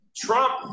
Trump